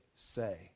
say